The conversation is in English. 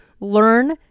learn